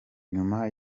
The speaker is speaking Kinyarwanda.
nyuma